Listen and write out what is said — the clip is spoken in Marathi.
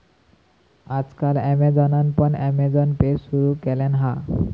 आज काल ॲमेझॉनान पण अँमेझॉन पे सुरु केल्यान हा